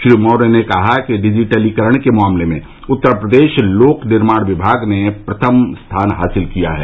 श्री मौर्य ने कहा कि डिजिटलीकरण के मामले में उत्तर प्रदेश लोक निर्माण विभाग ने प्रथम स्थान हासिल किया है